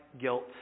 guilt